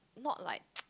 not like